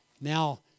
now